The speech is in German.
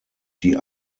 die